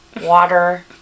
water